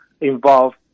involve